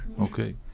okay